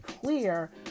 clear